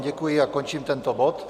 Děkuji vám a končím tento bod.